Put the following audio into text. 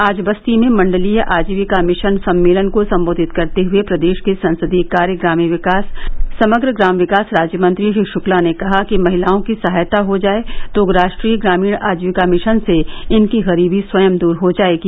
आज बस्ती में मंडलीय आजीविका मिशन सम्मेलन को सम्बोधित करते हुए प्रदेश के संसदीय कार्य ग्राम्य विकास समग्र ग्राम विकास राज्य मंत्री श्री शुक्ला ने कहा कि महिलाओं की सहायता हो जाये तो राष्ट्रीय ग्रामीण आजीविका मिशन से इनकी गरीबी स्वयं दूर हो जायेंगी